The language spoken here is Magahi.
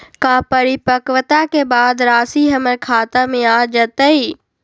का परिपक्वता के बाद राशि हमर खाता में आ जतई?